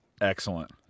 Excellent